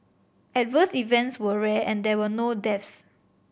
adverse events were rare and there were no deaths